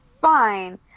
fine